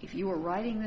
if you were writing